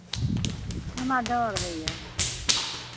हमरा डर होइए